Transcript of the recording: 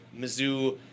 Mizzou –